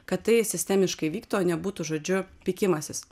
kad tai sistemiškai vyktų o nebūtų žodžiu pykimasis